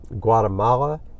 Guatemala